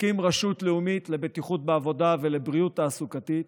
להקים רשות לאומית לבטיחות בעבודה ולבריאות תעסוקתית.